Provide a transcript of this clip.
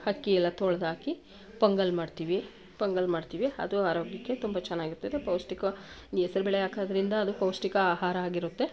ಅಕ್ಕಿ ಎಲ್ಲ ತೊಳೆದಾಕಿ ಪೊಂಗಲ್ ಮಾಡ್ತೀವಿ ಪೊಂಗಲ್ ಮಾಡ್ತೀವಿ ಅದು ಆರೋಗ್ಯಕ್ಕೆ ತುಂಬ ಚೆನ್ನಾಗಿರ್ತದೆ ಪೌಷ್ಟಿಕ ಈ ಹೆಸ್ರು ಬೇಳೆ ಹಾಕೋದ್ರಿಂದ ಅದು ಪೌಷ್ಟಿಕ ಆಹಾರ ಆಗಿರುತ್ತೆ